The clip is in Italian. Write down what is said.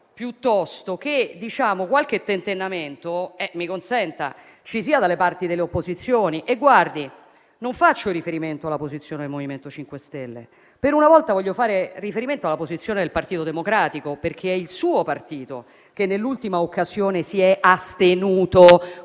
piuttosto che qualche tentennamento - mi consenta - ci sia dalle parti delle opposizioni e non faccio riferimento alla posizione del MoVimento 5 Stelle. Per una volta voglio fare riferimento alla posizione del Partito Democratico, perché è il suo partito che nell'ultima occasione si è astenuto,